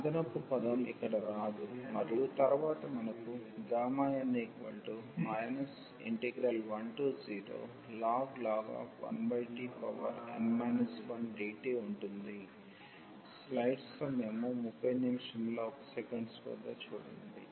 అదనపు పదం ఇక్కడ రాదు మరియు తరువాత మనకు n 10ln 1t n 1dtఉంటుంది